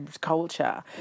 culture